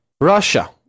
Russia